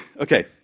Okay